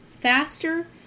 faster